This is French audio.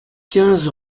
quinze